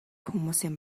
хүмүүсийн